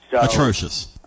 Atrocious